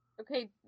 Okay